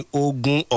ogun